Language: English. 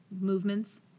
movements